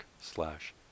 slash